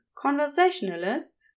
conversationalist